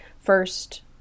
first